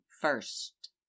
first